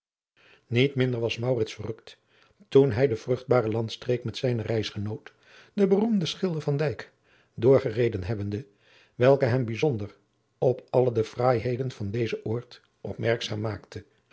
niet minder was maurits verrukt toen hij de adriaan loosjes pzn het leven van maurits lijnslager vruchtbare landstreek met zijnen reisgenoot den beroemden schilder van dijk doorgereden hebbende welke hem bijzonder op alle de fraaiheden van dezen oord opmerkzaam maakte